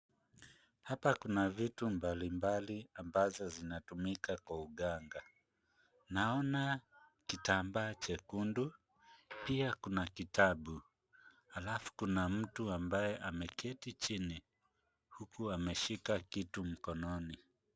Hapa kuna vitu mbalimbali ambazo zinatumika kwa uganga. Naona kitambaa chekundu pia kuna kitabu halafu kuna mtu ambaye ameketi chini huku ameshika kitu mkononi.